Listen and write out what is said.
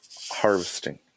harvesting